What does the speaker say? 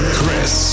Chris